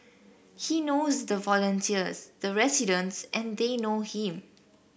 he knows the volunteers the residents and they know him